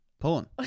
porn